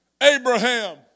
Abraham